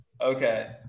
Okay